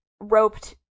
roped